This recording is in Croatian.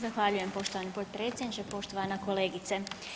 Zahvaljujem poštovani potpredsjedniče, poštovana kolegice.